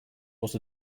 was